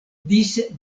dise